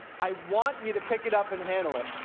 i want you to pick it up and handle it.